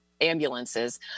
ambulances